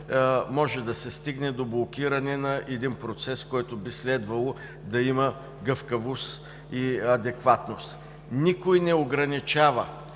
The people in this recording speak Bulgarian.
може да се стигне до блокиране на един процес, който би следвало да има гъвкавост и адекватност. Никой не ограничава,